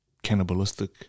cannibalistic